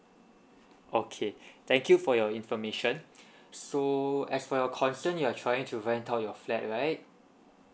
okay thank you for your information so as per your concern you are trying to rent out your flat right